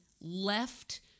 left